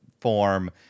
form